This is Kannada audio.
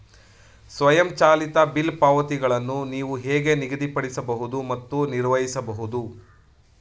ಸ್ವಯಂಚಾಲಿತ ಬಿಲ್ ಪಾವತಿಗಳನ್ನು ನೀವು ಹೇಗೆ ನಿಗದಿಪಡಿಸಬಹುದು ಮತ್ತು ನಿರ್ವಹಿಸಬಹುದು?